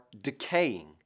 decaying